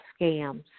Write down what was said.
scams